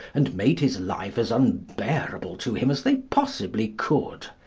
and made his life as unbearable to him as they possibly could.